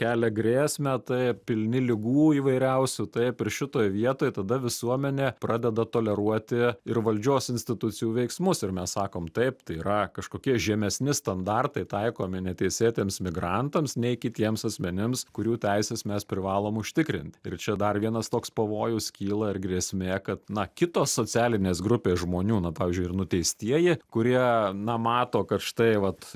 kelia grėsmę taip pilni ligų įvairiausių taip ir šitoj vietoj tada visuomenė pradeda toleruoti ir valdžios institucijų veiksmus ir mes sakom taip tai yra kažkokie žemesni standartai taikomi neteisėtiems migrantams nei kitiems asmenims kurių teises mes privalom užtikrint ir čia dar vienas toks pavojus kyla ir grėsmė kad na kitos socialinės grupės žmonių na pavyzdžiui ir nuteistieji kurie na mato kad štai vat